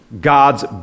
God's